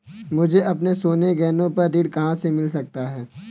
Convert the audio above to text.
मुझे अपने सोने के गहनों पर ऋण कहाँ से मिल सकता है?